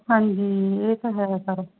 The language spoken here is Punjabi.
ਹਾਂਜੀ ਇਹ ਤਾਂ ਹੈ ਸਰ